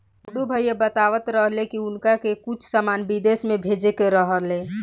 गुड्डू भैया बतलावत रहले की उनका के कुछ सामान बिदेश भेजे के रहे